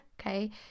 okay